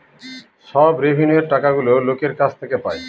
সব রেভিন্যুয়র টাকাগুলো লোকের কাছ থেকে পায়